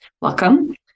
Welcome